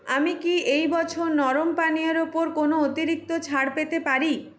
আমি কি এই বছর নরম পানীয় এর ওপর কোনও অতিরিক্ত ছাড় পেতে পারি